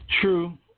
True